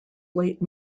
late